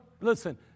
listen